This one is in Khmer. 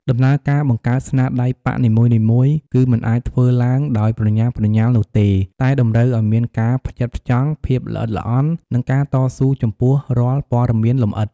ដំណើរការបង្កើតស្នាដៃប៉ាក់នីមួយៗ គឺមិនអាចធ្វើឡើងដោយប្រញាប់ប្រញាល់នោះទេ តែតម្រូវឱ្យមានការផ្ចិតផ្ចង់ ភាពល្អិតល្អន់ និងការតស៊ូចំពោះរាល់ព័ត៌មានលម្អិត។